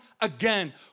again